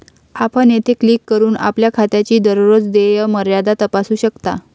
आपण येथे क्लिक करून आपल्या खात्याची दररोज देय मर्यादा तपासू शकता